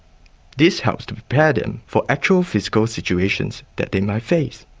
this helps to prepare them for actual physical situations that they might face.